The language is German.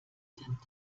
sind